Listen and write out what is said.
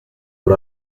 por